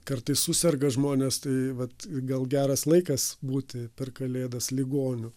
kartais suserga žmonės tai vat gal geras laikas būti per kalėdas ligoniu